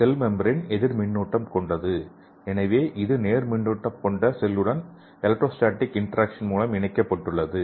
செல் membrane எதிர்மறை மின்னூட்டம் கொண்டது எனவே இது நேர் மின்னூட்டம் கொண்ட செல்லுடன் எலெக்ட்ரோஸ்டாடிக் இன்டெரெக்ஷன் மூலம் இணைக்கப்பட்டுள்ளது